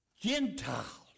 Gentiles